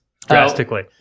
drastically